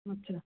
अच्छा